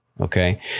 okay